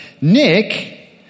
Nick